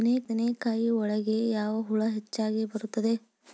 ಬದನೆಕಾಯಿ ಒಳಗೆ ಯಾವ ಹುಳ ಹೆಚ್ಚಾಗಿ ಬರುತ್ತದೆ?